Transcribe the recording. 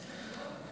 בהצבעה.